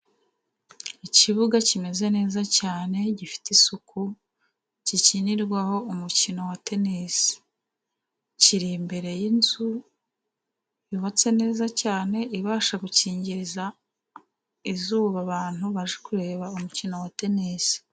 Ikibuga kimeze neza cyane, gifite isuku gikinirwaho umukino wa tennis, kiri imbere y'inzu yubatse neza cyane, ibasha gukingiriza izuba abantu baje kureba umukino wa tenisi.